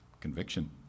Conviction